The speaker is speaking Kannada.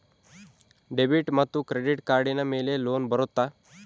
ಡೆಬಿಟ್ ಮತ್ತು ಕ್ರೆಡಿಟ್ ಕಾರ್ಡಿನ ಮೇಲೆ ಲೋನ್ ಬರುತ್ತಾ?